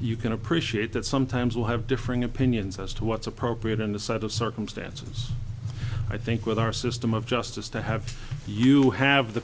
you can appreciate that sometimes we'll have differing opinions as to what's appropriate in the set of circumstances i think with our system of justice to have you have the